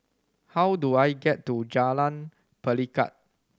how do I get to Jalan Pelikat